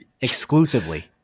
exclusively